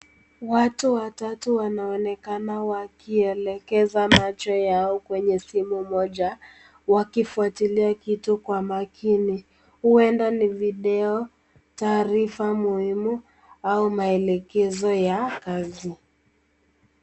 Watu watatu wanaonekana wakielekeza macho yao kwenye simu moja, wakifwatilia kitu kwa makini, uenda ni video, taarifa muhimu au maelekezo ya kazi.